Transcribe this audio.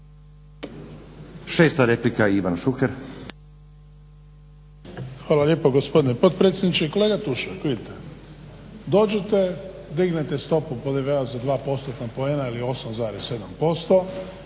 na repliku Ivan Šuker.